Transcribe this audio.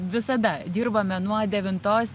visada dirbame nuo devintos